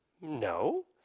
No